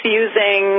using